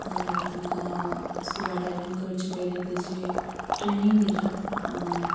तुमकां scuba diving करचें पयले तेजी ट्रेनींग दितात